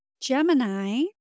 Gemini